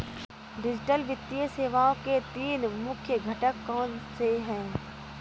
digital वित्तीय सेवाओं के तीन मुख्य घटक कौनसे हैं